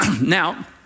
Now